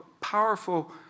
powerful